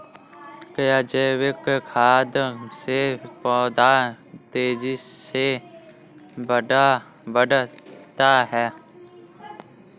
क्या जैविक खाद से पौधा तेजी से बढ़ता है?